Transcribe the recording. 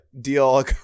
deal